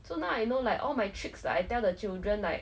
so now I know like all my tricks I tell the children like